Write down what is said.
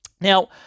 Now